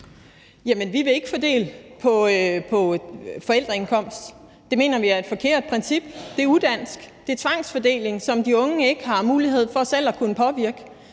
Jamen vi vil ikke fordele efter forældreindkomst. Det mener vi er et forkert princip. Det er udansk. Det er tvangsfordeling, som de unge ikke har mulighed for selv at påvirke.